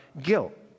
guilt